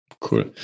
Cool